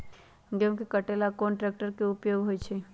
गेंहू के कटे ला कोंन ट्रेक्टर के उपयोग होइ छई?